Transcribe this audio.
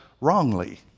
wrongly